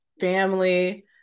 family